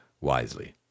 wisely